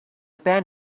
pan